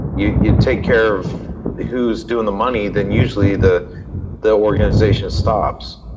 you you take care of the who's doing the money then usually the the organisation stops.